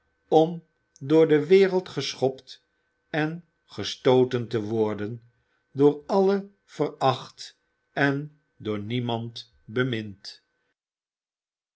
om door de wereld geschopt en gestooten te worden door allen veracht en door niemand bemind